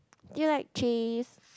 do you like cheese